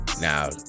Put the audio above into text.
Now